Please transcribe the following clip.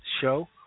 show